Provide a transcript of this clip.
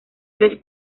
tres